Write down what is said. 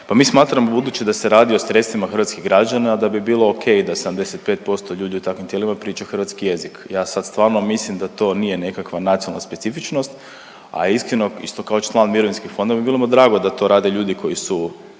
mi smatramo budući da se radi o sredstvima hrvatskih građana da bi bilo ok da 75% ljudi u takvim tijelima priča hrvatski jezik. Ja sam stvarno mislim da to nije nekakva nacionalna specifičnost, a iskreno isto kao i članovima mirovinskih fondova bilo bi mi drago da to rade ljudi koji su